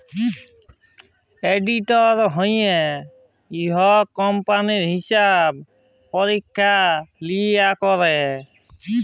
auditor হছে ইকট কম্পালির হিসাব পরিখ্খা লিরিখ্খা ক্যরে